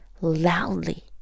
loudly